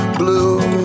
blue